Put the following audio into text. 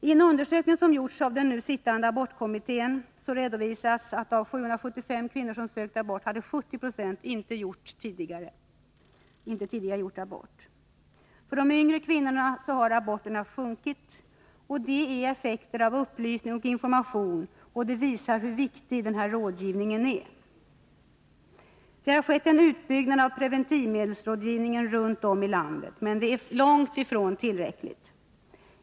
I en undersökning som gjorts av den nu sittande abortkommittén redovisas att 70 26 av 775 kvinnor som sökt abort tidigare inte hade gjort abort. Bland de yngre kvinnorna har antalet aborter minskat. Det är en effekt av upplysning och information, och det visar hur viktig denna rådgivning är. Det har skett en utbyggnad av preventivmedelsrådgivningen runt om i landet, men det är långt ifrån tillräckligt.